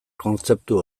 kontzeptu